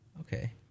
Okay